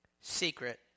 secret